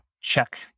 check